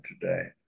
today